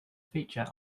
feature